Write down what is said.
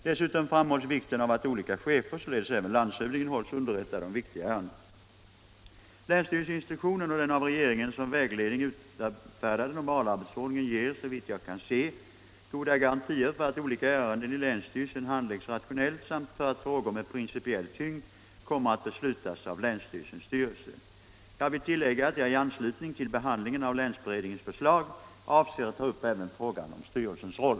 Dessutom framhålls vikten av att olika chefer — således även landshövdingen — hålls underrättade om viktigare ärenden. Länsstyrelseinstruktionen och den av regeringen som vägledning utfärdade normalarbetsordningen ger — såvitt jag kan se — goda garantier för att olika ärenden i länsstyrelsen handläggs rationellt samt för att frågor med principiell tyngd kommer att beslutas av länsstyrelsens styrelse. Jag vill tillägga att jag i anslutning till behandlingen av länsberedningens förslag avser att ta upp även frågan om styrelsens roll.